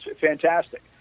fantastic